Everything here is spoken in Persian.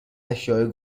اشیاء